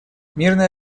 мирное